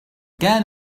كان